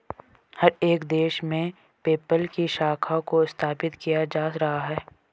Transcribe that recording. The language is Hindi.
हर एक देश में पेपल की शाखा को स्थापित किया जा रहा है